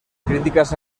críticas